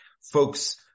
folks